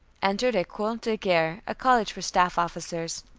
entered ecole de guerre, a college for staff officers.